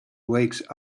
wakes